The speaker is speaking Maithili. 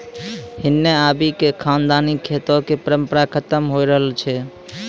हिन्ने आबि क खानदानी खेतो कॅ परम्परा खतम होय रहलो छै